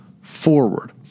forward